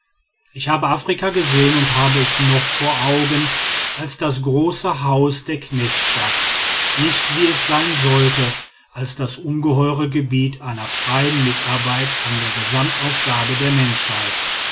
ich habe afrika gesehen und habe es noch vor augen als das große haus der knechtschaft nicht wie es sein sollte als das ungeheure gebiet einer freien mitarbeit an den gesamtaufgaben der menschheit